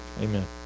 Amen